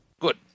good